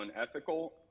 unethical